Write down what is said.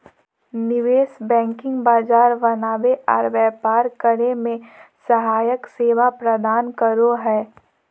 निवेश बैंकिंग बाजार बनावे आर व्यापार करे मे सहायक सेवा प्रदान करो हय